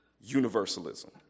Universalism